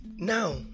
Now